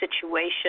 situation